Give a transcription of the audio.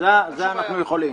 זה אנחנו יכולים.